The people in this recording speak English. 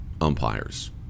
umpires